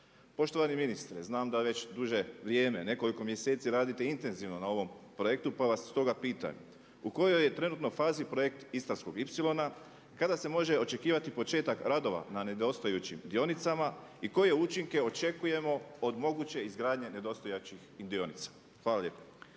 Poštovani ministre, znam da već duže vrijeme, nekoliko mjeseci radite intenzivno na ovom projektu pa vas stoga pitam u kojoj je trenutno fazi projekt Istarskog ipsilona, kada se može očekivati početak radova na nedostajućim dionicama i koje učinke očekujemo od moguće izgradnje nedostajućih dionica. Hvala lijepo.